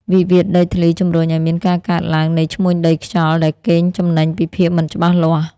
វិវាទដីធ្លីជំរុញឱ្យមានការកើតឡើងនៃឈ្មួញដីខ្យល់ ដែលកេងចំណេញពីភាពមិនច្បាស់លាស់។